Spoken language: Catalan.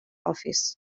office